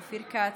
אופיר כץ,